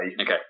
okay